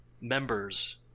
members